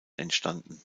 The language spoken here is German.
entstanden